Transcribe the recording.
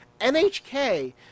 NHK